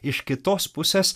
iš kitos pusės